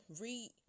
read